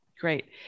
great